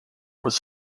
was